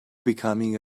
becoming